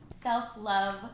Self-Love